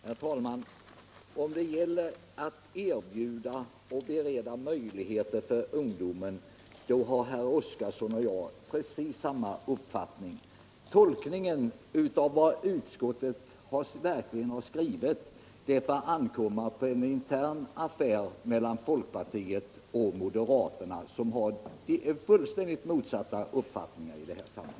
Herr talman! När det gäller att bereda sysselsättningsmöjligheter för ungdomen så har herr Oskarson och jag precis samma uppfattning. Tolkningen av vad utskottet verkligen har skrivit får väl bli en intern affär mellan folkpartiet och moderaterna, som har fullständigt motsatta uppfattningar i detta sammanhang.